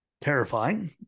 terrifying